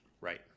right